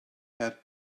had